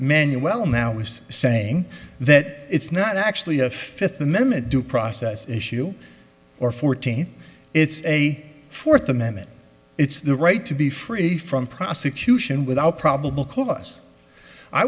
many well now is saying that it's not actually a fifth amendment due process issue or fourteen it's a fourth amendment it's the right to be free from prosecution without probable cause i